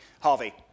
Harvey